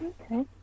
Okay